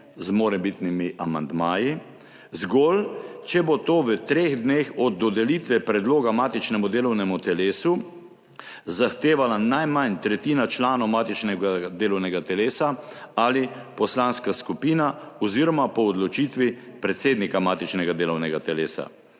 z morebitnimi amandmaji, zgolj če bo to v treh dneh od dodelitve predloga matičnemu delovnemu telesu zahtevala najmanj tretjina članov matičnega delovnega telesa ali poslanska skupina oziroma po odločitvi predsednika matičnega delovnega telesa.